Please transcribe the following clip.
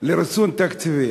ריסון תקציבי.